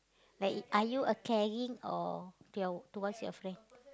like are you a caring or to your towards your friend